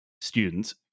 students